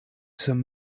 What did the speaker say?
some